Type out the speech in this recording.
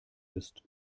ist